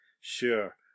Sure